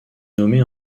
nommée